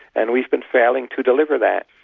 and we've been failing to deliver that.